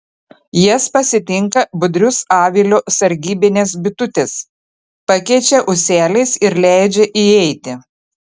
jas pasitinka budrius avilio sargybinės bitutės pakeičia ūseliais ir leidžia įeiti